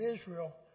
Israel